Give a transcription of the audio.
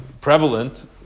prevalent